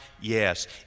Yes